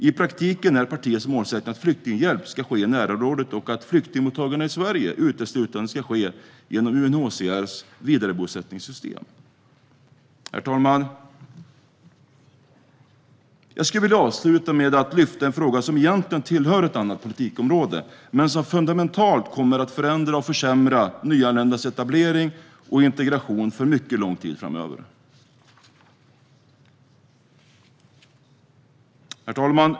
I praktiken är partiets målsättning att flyktinghjälp ska ske i närområdet och att flyktingmottagandet i Sverige uteslutande ska ske genom UNHCR:s vidarebosättningssystem. Herr talman! Jag vill avsluta med att lyfta en fråga som egentligen tillhör ett annat politikområde, men som fundamentalt kommer att förändra och försämra nyanländas etablering och integration för mycket lång tid framöver.